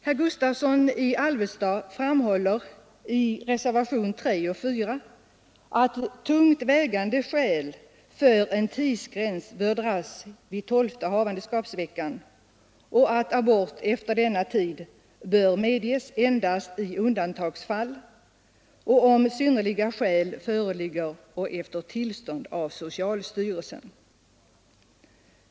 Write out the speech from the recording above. Herr Gustavsson i Alvesta framhåller emellertid i reservationerna 3 och 4 att tungt vägande skäl talar för att en tidsgräns bör dras vid tolfte havandeskapsveckan och att abort efter denna tid bör medges endast i undantagsfall, om synnerliga skäl föreligger och efter tillstånd av socialstyrelsen.